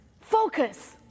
focus